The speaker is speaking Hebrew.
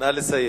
נא לסיים.